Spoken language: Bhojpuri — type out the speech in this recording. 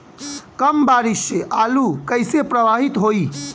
कम बारिस से आलू कइसे प्रभावित होयी?